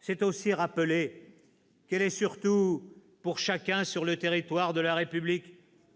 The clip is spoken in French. C'est aussi rappeler qu'elle est surtout, pour chacun sur le territoire de la République,